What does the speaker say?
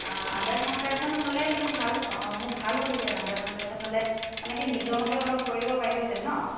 under construction হ'লে মোৰ ভাল হয় মোৰ ভাল হ'লহেতেন আণ্ডাৰ কন্সট্ৰাকশ্বন হ'লে মানে কি নিজৰ মতে অলপ কৰি ল'ব পাৰিলোহেঁতেন ন